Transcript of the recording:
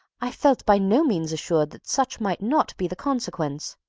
i felt by no means assured that such might not be the consequence.